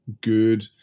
good